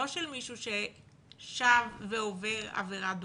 לא של מישהו ששב ועובר עבירה דומה,